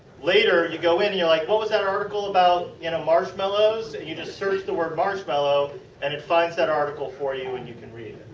later you go in and you are like what was that article about you know marshmallows. and you just search the word marshmallow and it finds that article for you and you can read